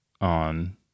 on